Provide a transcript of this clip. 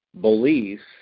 beliefs